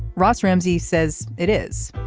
ross ramsey says it is.